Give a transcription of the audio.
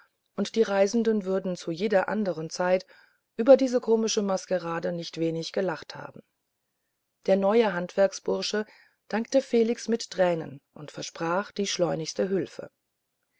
und die reisenden würden zu jeder andern zeit über diese komische maskerade nicht wenig gelacht haben der neue handwerksbursche dankte felix mit tränen und versprach die schleunigste hülfe